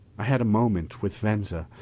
i had a moment with venza,